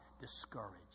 discouraged